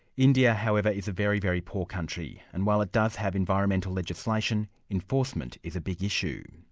india however is a very, very poor country, and while it does have environmental legislation, enforcement is a big issue.